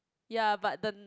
ya but the